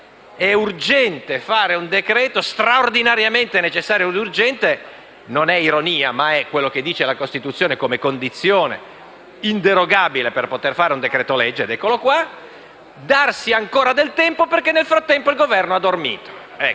è urgente fare un decreto‑legge; è straordinariamente necessario e urgente (non è ironia, ma è ciò che prevede la Costituzione come condizione inderogabile per poter fare un decreto‑legge ed eccolo qui) darsi ancora del tempo, perché nel frattempo il Governo ha dormito.